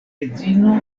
edzino